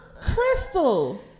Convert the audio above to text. Crystal